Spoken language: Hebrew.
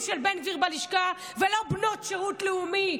טלי גוטליב היקרה, כן.